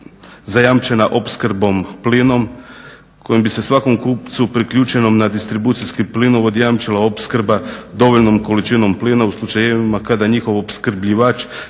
zajamčena opskrba plinom koja bi se svakom kupcu priključenom na distribucijski plin jamčila opskrba dovoljnom količinom plina u slučajevima kada njihov opskrbljivač